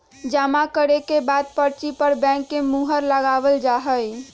जमा करे के बाद पर्ची पर बैंक के मुहर लगावल जा हई